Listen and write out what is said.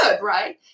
right